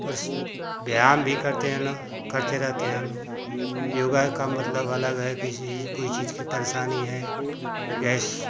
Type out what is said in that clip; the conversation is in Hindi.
उस व्यायाम भी करते हैं ना करते रहते हैं लोग योगा का मतलब अलग है किसी कोई चीज़ की परेशानी है गैस